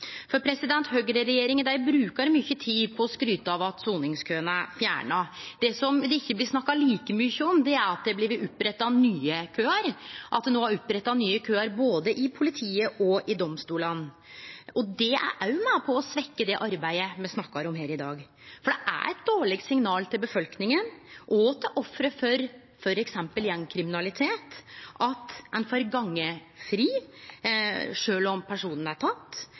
å skryte av at soningskøane er fjerna. Det som det ikkje blir snakka like mykje om, er at det har blitt oppretta nye køar, at det no er oppretta nye køar både hos politiet og i domstolane. Det er òg med på å svekkje arbeidet me snakkar om her i dag. Det er eit dårleg signal til befolkninga og til ofre for f.eks. gjengkriminalitet, at personar får gå fri sjølv om dei er